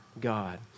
God